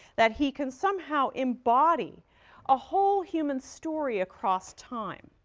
that he can somehow embody a whole human story across time.